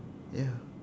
ya